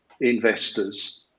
investors